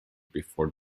before